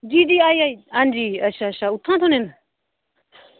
जी जी आई आई हां जी अच्छा उत्थां थ्होंदे न